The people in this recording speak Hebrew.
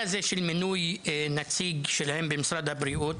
האם מינוי של נציג הטכנולוגים הרפואיים במשרד הבריאות